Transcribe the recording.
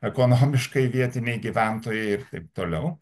ekonomiškai vietiniai gyventojai ir taip toliau